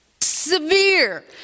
Severe